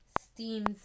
Steams